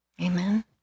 Amen